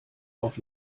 auf